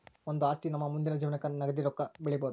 ಒಂದು ಆಸ್ತಿ ನಮ್ಮ ಮುಂದಿನ ಜೀವನಕ್ಕ ನಗದಿ ರೊಕ್ಕ ಬೆಳಿಬೊದು